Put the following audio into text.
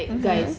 mmhmm